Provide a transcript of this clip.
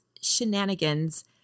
shenanigans